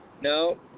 No